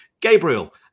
Gabriel